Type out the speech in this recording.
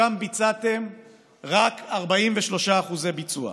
שם רק 43% ביצוע.